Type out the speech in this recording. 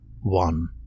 One